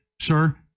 sir